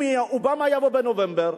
אם אובמה יבוא בנובמבר,